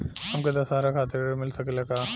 हमके दशहारा खातिर ऋण मिल सकेला का?